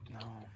No